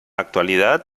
actualidad